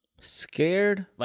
Scared